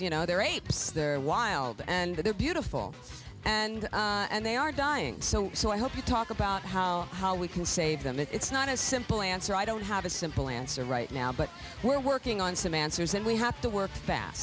you know they're apes they're wild and they're beautiful and and they are dying so so i hope to talk about how how we can save them it's not a simple answer i don't have a simple answer right now but we're working on some answers and we have to work fast